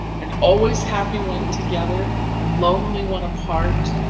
and always happy when together and lonely when apart,